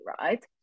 right